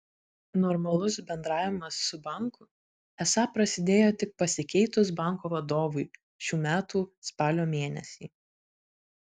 normalus bendravimas su banku esą prasidėjo tik pasikeitus banko vadovui šių metų spalio mėnesį